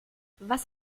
was